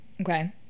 okay